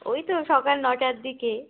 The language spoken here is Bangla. ওই তো সকাল নটার দিকে